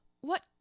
What